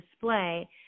display